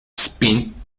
spin